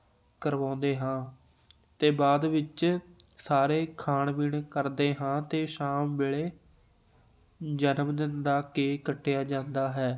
ਕਰਵਾਉਂਦੇ ਹਾਂ ਅਤੇ ਬਾਅਦ ਵਿੱਚ ਸਾਰੇ ਖਾਣ ਪੀਣ ਕਰਦੇ ਹਾਂ ਅਤੇ ਸ਼ਾਮ ਵੇਲੇ ਜਨਮ ਦਿਨ ਦਾ ਕੇਕ ਕੱਟਿਆ ਜਾਂਦਾ ਹੈ